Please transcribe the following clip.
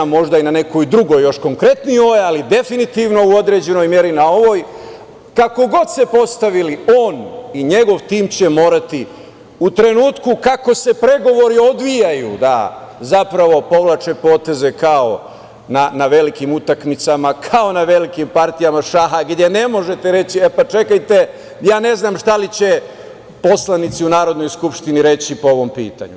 Možda i na nekoj drugoj, još konkretnijoj, ali definitivno u određenoj meri na ovoj, kako god se postavili, on i njegov tim će morati u trenutku kako se pregovori odvijaju, da zapravo povlače poteze kao na velikim utakmicama, kao na velikim partijama šaha, gde ne možete reći – čekajte, ne znam šta će poslanici u Narodnoj skupštini reći po ovom pitanju.